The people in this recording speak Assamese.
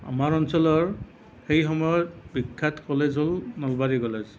আমাৰ অঞ্চলৰ সেই সময়ত বিখ্যাত কলেজ হ'ল নলবাৰী কলেজ